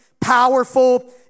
Powerful